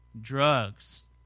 drugs